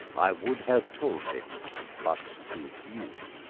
i would have told it but to few.